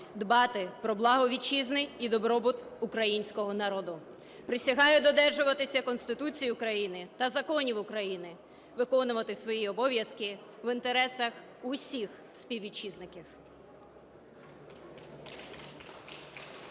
дбати про благо Вітчизни і добробуту Українського народу. Присягаю додержуватися Конституції України та законів України, виконувати свої обов'язки в інтересах усіх співвітчизників.